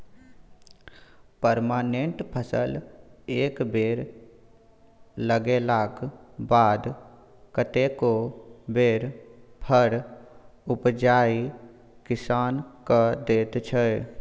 permanent फसल एक बेर लगेलाक बाद कतेको बेर फर उपजाए किसान केँ दैत छै